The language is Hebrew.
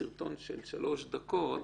(מוקרן סרטון).